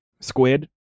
squid